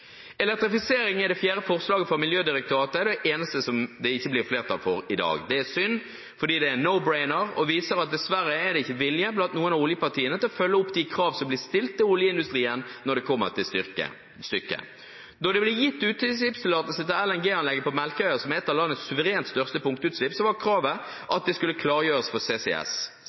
Elektrifisering er det fjerde forslaget fra Miljødirektoratet og det eneste som det ikke blir flertall for i dag. Det er synd, for det er en «no brainer» og viser at det dessverre ikke er vilje blant noen av oljepartiene til å følge opp de krav som blir stilt til oljeindustrien, når det kommer til stykket. Da det ble gitt utslippstillatelse til LNG-anlegget på Melkøya, som er et av landets suverent største punktutslipp, var kravet at det skulle klargjøres for CCS.